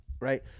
right